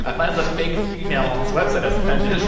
um as a fake female on this website, i was offended,